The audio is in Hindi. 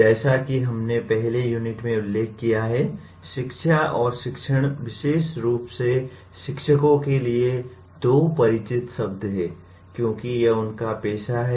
जैसा कि हमने पहली यूनिट में उल्लेख किया है शिक्षा और शिक्षण विशेष रूप से शिक्षकों के लिए 2 परिचित शब्द हैं क्योंकि यह उनका पेशा है